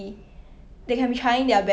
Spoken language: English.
how about you go first ah